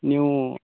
ನೀವು